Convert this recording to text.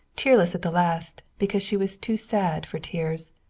tearless at the last, because she was too sad for tears.